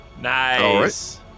Nice